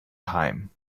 time